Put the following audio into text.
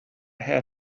had